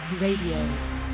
Radio